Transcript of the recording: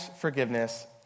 forgiveness